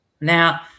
Now